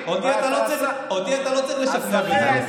דודי, אותי אתה לא צריך לשכנע בזה.